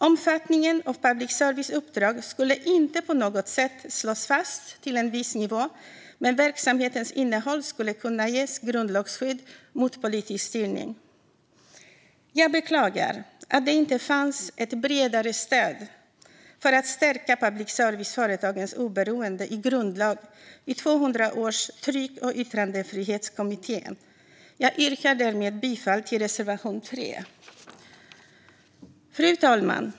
Omfattningen av public services uppdrag skulle inte på något sätt slås fast till en viss nivå, men verksamhetens innehåll skulle kunna ges grundlagsskydd mot politisk styrning. Jag beklagar att det inte fanns ett bredare stöd för att stärka public service-företagens oberoende i grundlagen i 2018 års tryck och yttrandefrihetskommitté. Jag yrkar därmed bifall till reservation 3. Fru talman!